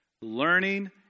learning